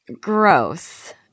Gross